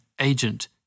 agent